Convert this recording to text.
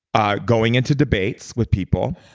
ah going into debates with people.